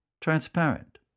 transparent